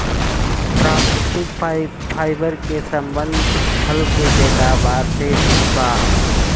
प्राकृतिक फाइबर के संबंध फल के पैदावार से भी बा